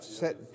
set